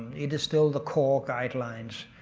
it is still the core guidelines,